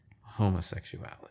homosexuality